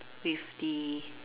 with the